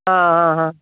ആ ആ ആ